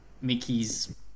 Mickey's